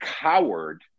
coward